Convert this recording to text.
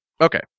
Okay